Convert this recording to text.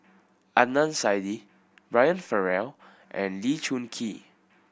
Adnan Saidi Brian Farrell and Lee Choon Kee